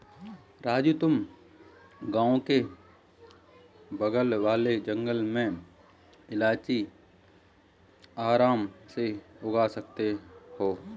राजू तुम गांव के बगल वाले जंगल में इलायची आराम से उगा सकते हो